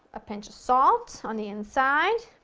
a pinch of salt on the inside,